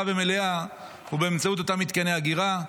ומלאה היא באמצעות אותם מתקני אגירה.